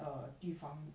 err 地方